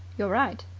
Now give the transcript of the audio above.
you're right.